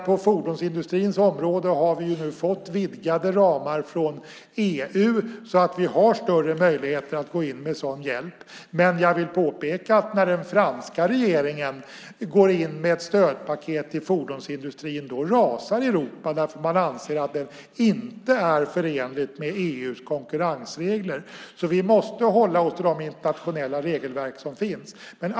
På fordonsindustrins område har vi dock nu fått vidgade ramar från EU så att vi har större möjligheter att gå in med sådan hjälp. Jag vill påpeka att när den franska regeringen går in med ett stödpaket till fordonsindustrin rasar man i Europa eftersom man anser att det inte är förenligt med EU:s konkurrensregler. Vi måste alltså hålla oss till de internationella regelverk som finns.